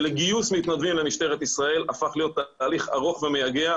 של גיוס מתנדבים למשטרת ישראל הפך להיות הליך ארוך ומייגע,